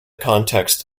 context